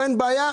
אין בעיה,